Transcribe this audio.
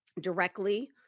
directly